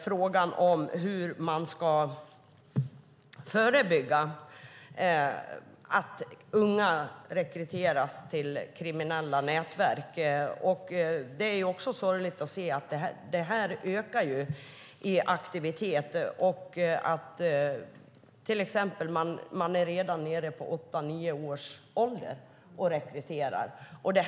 Frågan hur man ska förebygga att unga rekryteras till kriminella nätverk är intressant. Det är sorgligt att se att den aktiviteten ökar och att det redan sker rekrytering av åtta-nio-åringar.